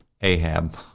Ahab